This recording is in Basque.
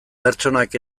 pertsonak